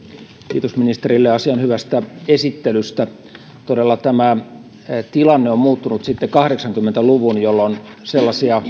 kiitos ministerille asian hyvästä esittelystä tilanne todella on muuttunut sitten kahdeksankymmentä luvun jolloin sellaisia